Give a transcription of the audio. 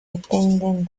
dependen